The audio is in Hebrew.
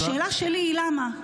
השאלה שלי היא למה?